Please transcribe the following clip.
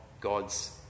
God's